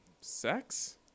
Sex